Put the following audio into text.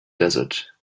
desert